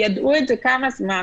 כמה זמן